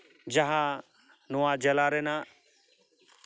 ᱡᱟᱦᱟᱸ ᱱᱚᱣᱟ ᱡᱮᱞᱟ ᱨᱮᱱᱟᱜ